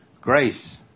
Grace